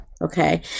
okay